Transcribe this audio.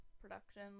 production